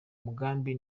mugambi